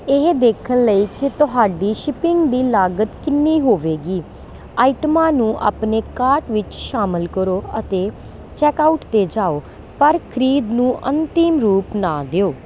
ਇਹ ਦੇਖਣ ਲਈ ਕਿ ਤੁਹਾਡੀ ਸ਼ਿਪਿੰਗ ਦੀ ਲਾਗਤ ਕਿੰਨੀ ਹੋਵੇਗੀ ਆਈਟਮਾਂ ਨੂੰ ਆਪਣੇ ਕਾਰਟ ਵਿੱਚ ਸ਼ਾਮਲ ਕਰੋ ਅਤੇ ਚੈੱਕਆਉਟ 'ਤੇ ਜਾਓ ਪਰ ਖ਼ਰੀਦ ਨੂੰ ਅੰਤਿਮ ਰੂਪ ਨਾ ਦਿਓ